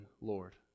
Lord